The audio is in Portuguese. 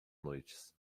noites